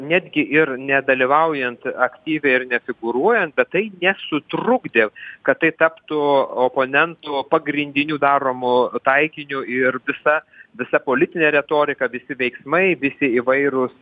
netgi ir nedalyvaujant aktyviai ir nefigūruojant bet tai nesutrukdė kad tai taptų oponentų pagrindiniu daromu taikiniu ir visa visa politinė retorika visi veiksmai visi įvairūs